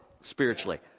spiritually